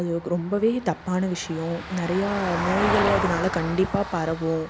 அது ரொம்பவே தப்பான விஷயோம் நிறையா நோய்களும் அதனால கண்டிப்பாக பரவும்